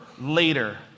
later